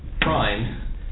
prime